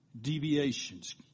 deviations